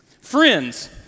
Friends